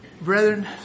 brethren